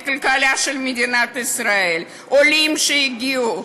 הכלכלה של מדינת ישראל הם העולים שהגיעו,